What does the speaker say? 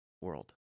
world